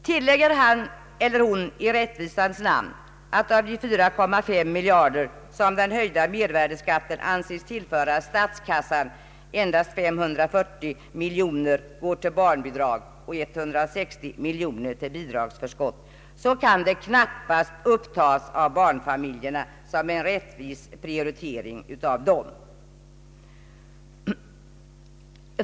Tillägger han eller hon i rättvisans namn att av de 4,5 miljarder kronor som den höjda mervärdeskatten anses tillföra statskassan endast 540 miljoner kronor går till barnbidrag och 160 miljoner kronor till bidragsförskott, kan det av barnfamiljerna knappast upptas såsom en rättvis prioritering av dem.